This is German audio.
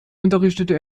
unterrichtete